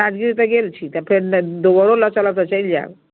राजगीर तऽ गेल छी तऽ फेर दुबारो लऽ चलब तऽ चलि जायब